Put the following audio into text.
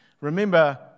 remember